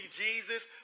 Jesus